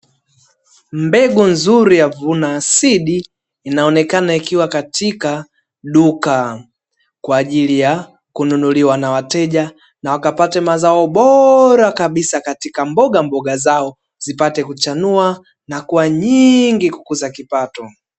Mbegu nzuri ya vuna sidi inaonekana ikiwa katika duka kwa ajili ya kununuliwa na wateja, na wakapate mazao bora kabisa katika mboga mboga zao zipate kuchanua na kuwa nyingi kukuza kipato.